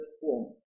form